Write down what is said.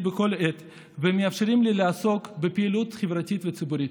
בכל עת ומאפשרים לי לעסוק בפעילות ציבורית וציבורית.